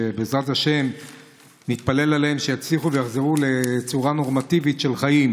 שבעזרת השם נתפלל עליהם שיצליחו ויחזרו לצורה נורמטיבית של חיים,